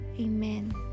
Amen